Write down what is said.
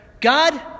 God